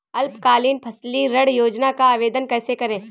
अल्पकालीन फसली ऋण योजना का आवेदन कैसे करें?